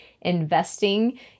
investing